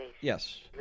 yes